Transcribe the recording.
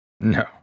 No